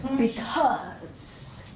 because